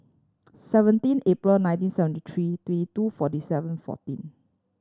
seventeen April nineteen seventy three three two forty seven fourteen